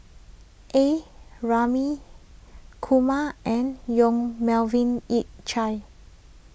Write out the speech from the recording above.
A Ramli Kumar and Yong Melvin Yik Chye